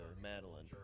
Madeline